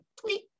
tweet